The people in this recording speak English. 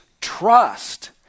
trust